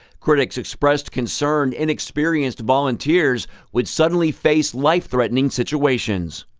critics expressed concern inexperienced volunteers would suddenly face life-threatening situations.